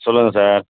சொல்லுங்க சார்